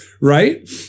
right